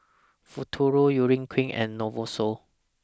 Futuro Urea Cream and Novosource